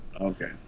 Okay